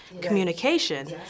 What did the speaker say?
communication